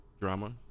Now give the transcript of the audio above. drama